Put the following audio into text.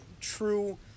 true